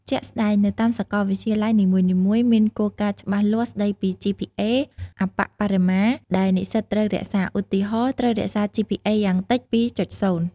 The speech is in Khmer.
ជាក់ស្ដែង នៅតាមសាកលវិទ្យាល័យនីមួយៗមានគោលការណ៍ច្បាស់លាស់ស្តីពី GPA អប្បបរមាដែលនិស្សិតត្រូវរក្សា ឧទាហរណ៍ ត្រូវរក្សា GPA យ៉ាងតិច ២.០។